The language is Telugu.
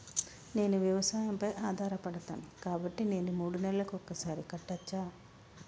నేను వ్యవసాయం పై ఆధారపడతాను కాబట్టి నేను మూడు నెలలకు ఒక్కసారి కట్టచ్చా?